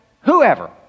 whoever